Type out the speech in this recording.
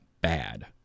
bad